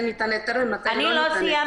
ניתן היתר ומתי לא ניתן היתר -- לא סיימתי.